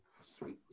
Sweet